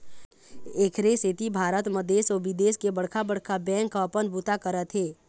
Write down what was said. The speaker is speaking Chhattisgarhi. एखरे सेती भारत म देश अउ बिदेश के बड़का बड़का बेंक ह अपन बूता करत हे